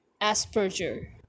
Asperger